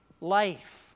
life